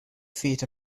feet